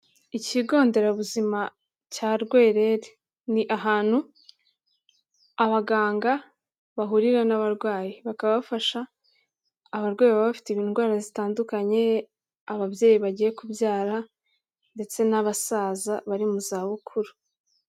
Ikigo nderabuzima cya Rwererere, ni ahantu abaganga bahurira n'abarwayi, bakabafasha abarwayi baba bafite indwara zitandukanye, ababyeyi bagiye kubyara ndetse n'abasaza bari mu zabukuru.